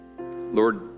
Lord